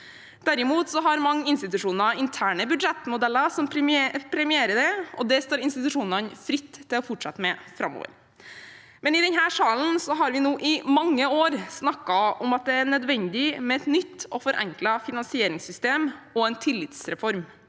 Derimot har mange institusjoner interne budsjettmodeller som premierer det, og det står institusjonene fritt til å fortsette med framover. Men i denne salen har vi i mange år nå snakket om at det er nødvendig med et nytt og forenklet finansieringssystem og en tillitsreform.